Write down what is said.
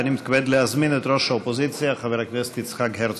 אני מתכבד להזמין את ראש האופוזיציה חבר הכנסת יצחק הרצוג.